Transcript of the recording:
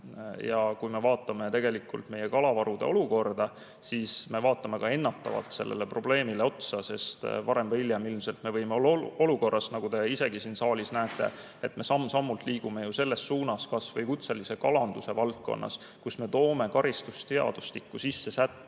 me vaatame meie kalavarude olukorda, siis me vaatame ka ennetavalt sellele probleemile otsa, sest varem või hiljem ilmselt me võime olla olukorras – nagu te isegi siin saalis näete, samm‑sammult me liigume selles suunas, kas või kutselise kalanduse valdkonnas –, kus me toome karistusseadustikku sisse